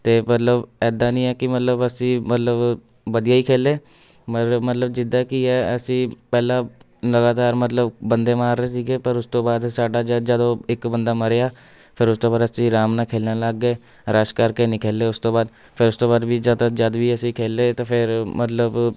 ਅਤੇ ਮਤਲਬ ਇੱਦਾਂ ਦੀਆਂ ਕਿ ਮਤਲਬ ਅਸੀਂ ਮਤਲਬ ਵਧੀਆ ਹੀ ਖੇਲੇ ਮਤਲਬ ਮਤਲਬ ਜਿੱਦਾਂ ਕੀ ਹੈ ਅਸੀਂ ਪਹਿਲਾਂ ਲਗਾਤਾਰ ਮਤਲਬ ਬੰਦੇ ਮਾਰ ਰਹੇ ਸੀਗੇ ਪਰ ਉਸ ਤੋਂ ਬਾਅਦ ਸਾਡਾ ਜ ਜਦ ਉਹ ਇੱਕ ਬੰਦਾ ਮਰਿਆ ਫਿਰ ਉਸ ਤੋਂ ਬਾਅਦ ਅਸੀਂ ਆਰਾਮ ਨਾਲ ਖੇਲਣ ਲੱਗ ਗਏ ਰਸ਼ ਕਰਕੇ ਨਹੀਂ ਖੇਲੇ ਉਸ ਤੋਂ ਬਾਅਦ ਫਿਰ ਉਸ ਤੋਂ ਬਾਅਦ ਵੀ ਜਦੋਂ ਜਦ ਵੀ ਅਸੀਂ ਖੇਲੇ ਤਾਂ ਫਿਰ ਮਤਲਬ